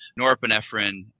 Norepinephrine